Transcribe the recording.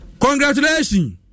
Congratulations